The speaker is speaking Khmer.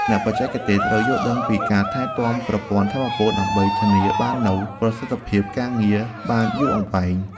អ្នកបច្ចេកទេសត្រូវយល់ដឹងពីការថែទាំប្រព័ន្ធថាមពល ដើម្បីធានាបាននូវប្រសិទ្ធភាពការងារបានយូរអង្វែង។